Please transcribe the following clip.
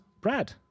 Brad